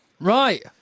Right